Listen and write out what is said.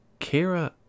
Kira